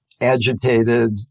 agitated